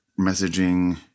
messaging